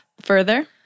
further